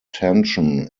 tension